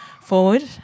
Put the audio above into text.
forward